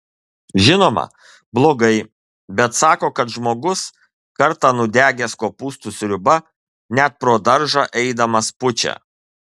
žinoma blogai bet sako kad žmogus kartą nudegęs kopūstų sriuba net pro daržą eidamas pučia